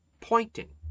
pointing